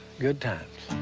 good times.